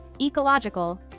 ecological